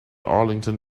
arlington